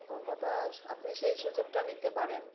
প্রথম কথা আপনি সেই সুযোগটা নিতে পারেন